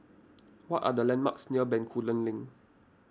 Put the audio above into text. what are the landmarks near Bencoolen Link